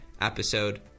episode